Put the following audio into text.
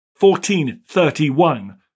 1431